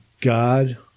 God